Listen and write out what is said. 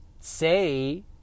say